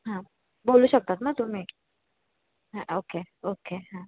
हां बोलू शकतात ना तुम्ही हां ओके ओके हां